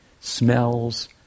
Smells